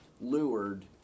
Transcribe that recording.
lured